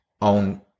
on